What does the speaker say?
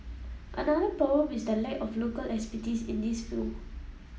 another problem is the lack of local expertise in this field